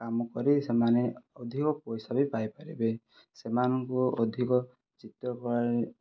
କାମ କରି ସେମାନେ ଅଧିକ ପଇସା ବି ପାଇ ପାରିବେ ସେମାନଙ୍କୁ ଅଧିକ ଚିତ୍ର କଳାରେ